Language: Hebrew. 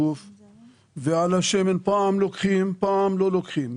על השמן פעם לוקחים, פעם לא לוקחים.